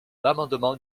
l’amendement